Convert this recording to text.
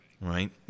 Right